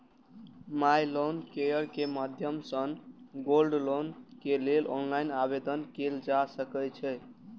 माइ loan care के माध्यम सं गोल्ड लोन के लेल ऑनलाइन आवेदन कैल जा सकै छै